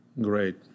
Great